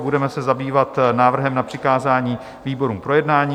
Budeme se zabývat návrhem na přikázání výborům k projednání.